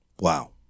Wow